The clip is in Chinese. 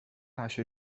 大学